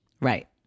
Right